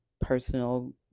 personal